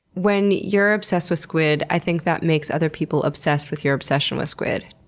when you're obsessed with squid, i think that makes other people obsessed with your obsession with squid.